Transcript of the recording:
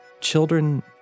Children